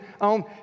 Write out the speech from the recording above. on